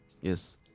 Yes